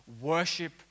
worship